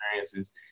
experiences